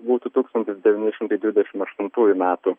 būtų tūkstantis devyni šimtai dvidešim aštuntųjų metų